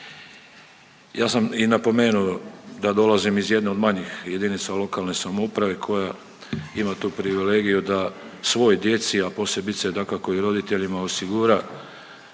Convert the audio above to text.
Ja sam i napomenuo da dolazim iz jedne od manjih jedinica lokalne samouprave koja ima tu privilegiju da svoj djeci, a posebice dakako i roditeljima osigura